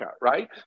right